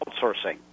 outsourcing